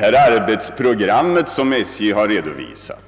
arbetsprogrammet som SJ har redovisat?